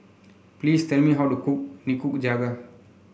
please tell me how to cook Nikujaga